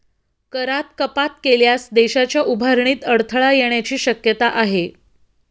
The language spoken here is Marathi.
करात कपात केल्यास देशाच्या उभारणीत अडथळा येण्याची शक्यता आहे